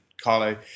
Carlo